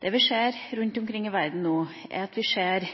Det vi ser rundt omkring i verden nå, er